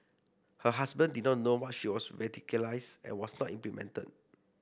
her husband did not know that she was radicalised and was not implicated